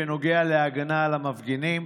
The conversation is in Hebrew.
בנוגע להגנה על המפגינים?